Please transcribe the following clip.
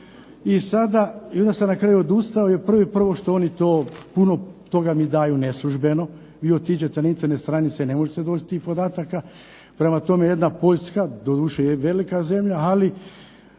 mjerilo. Onda sam na kraju odustao jer prvo i prvo što oni to punu toga mi daju neslužbeno, vi otiđete na internet stranice, ne možete doći do tih podataka, prema tome jedna Poljska, je velika zemlja, ali